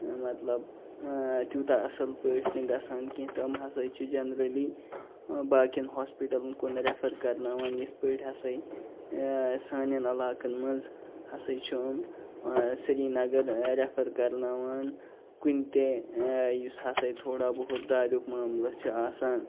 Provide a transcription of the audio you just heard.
مطلب ٲں تیوٗتاہ اصٕل پٲٹھۍ نہٕ گژھان کیٚنٛہہ تہٕ یِم ہسا چھِ جَنرَلی باقِیَن ہاسپِٹَلَن کُن ریفَر کَرناوان یِتھ پٲٹھۍ ہسا ٲں سانٮ۪ن علاقَن منٛز ہسا چھِ یِم سریٖنگر ریفَر کرناوان کُنہِ تہِ ٲں یُس ہسا تھوڑا بہت دادیُک معاملہٕ چھِ آسان